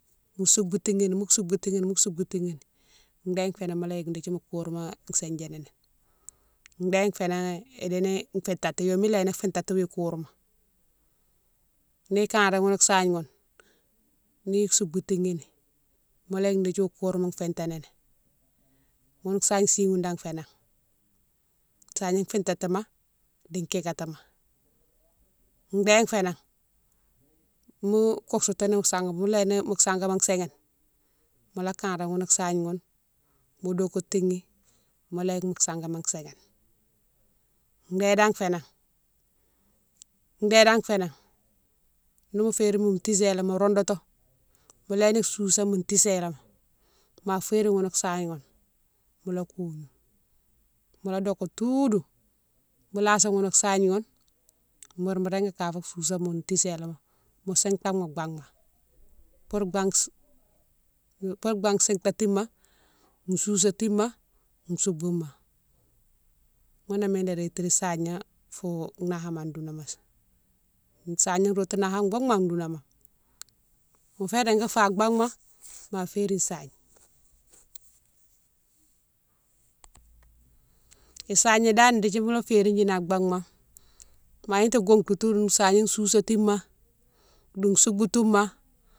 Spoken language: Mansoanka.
Mo souboutini- mo souboutini- mo souboutini ni dé fénan mola yike dékdi mo kourma sindiani ni, déne fénan idini fitatini, yomé léni fitatini wo kourma ni kanré ghoune sahigne moune, ni souboutini ni mola yike dékdi wo kourma fitani ni ghounne sahigne si dane fénan, sahigne fitatima di kikatima, déne fénan mo kouksi tini mo saguima, mo léni mo sanguima sighine mola kanré ghoune sahigne ghoune mo dokétini mola yike sanguima saghine. Dé dane fénan, dé dane fénan nimo férine mo tiséléma mo roundoutou mo léni sousé mo tiséléma ma férine ghoune sahigne ghoune mola kognou, mola doké toudou, mo lasi ghoune sahigne ghoune bourou mo régui kafou sousé mo tiséléma, mo sintane mo baghma pourou baghme, pourou baghme sintatima, sousatima, soubouma, ghounné mine la rétini sahigna fou nahama an dounama. Sahigna rotounan naha bouma an dounama son, sahigna rotou naha bouma an dounama, mo fé régui fa an baghma ma férine sahigne. Isahigna dane dékdi mola férine ghi an baghma ma gnata kogoutoune sahigne sousatima di souboutouma.